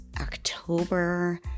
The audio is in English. October